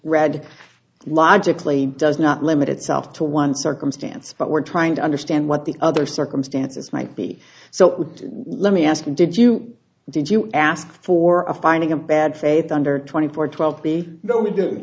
rad logically does not limit itself to one circumstance but we're trying to understand what the other circumstances might be so let me ask you did you did you ask for a finding a bad faith under twenty four twelve b no we do